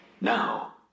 Now